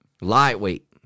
Lightweight